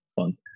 fun